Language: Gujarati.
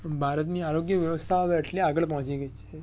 ભારતની આરોગ્ય વ્યવસ્થા હવે એટલી આગળ પહોંચી ગઈ છે